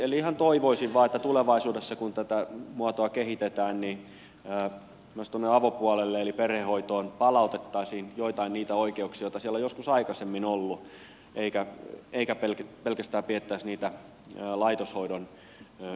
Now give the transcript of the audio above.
ihan toivoisin vain että tulevaisuudessa kun tätä muotoa kehitetään myös avopuolelle eli perhehoitoon palautettaisiin joitain niistä oikeuksista joita siellä joskus aikaisemmin on ollut eikä pelkästään pidettäisi niitä laitoshoidon yksinoikeutena